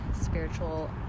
spiritual